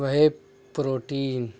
وہ پروٹین